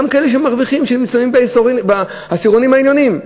גם כאלה שמרוויחים ונמצאים בעשירונים העליונים.